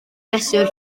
fesur